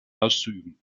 auszuüben